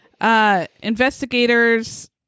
Investigators